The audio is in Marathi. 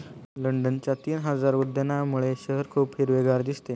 लंडनच्या तीन हजार उद्यानांमुळे शहर खूप हिरवेगार दिसते